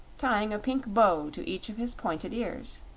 tying a pink bow to each of his pointed ears.